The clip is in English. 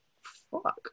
fuck